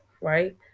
right